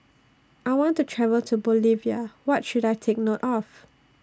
I want to travel to Bolivia What should I Take note of